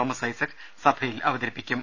Thomas Isaac സഭയിൽ അവതരിപ്പിക്കും